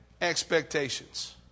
expectations